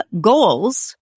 goals